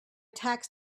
tax